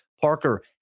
Parker